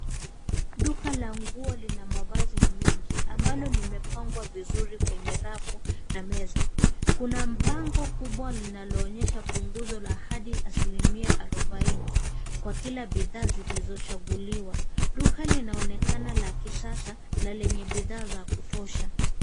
Duka la nguo lina mavazi mengi ambalo limepangwa vizuri kwenye rafu na meza. Kuna bango kubwa linaloonyesha punguzo la hadi asilimia arobaine kwa kila bidhaa zilizochaguliwa. Duka linaonekana la kisasa na lenye bidhaa za kutosha.